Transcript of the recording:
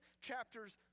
chapters